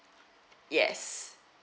yes